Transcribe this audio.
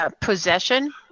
possession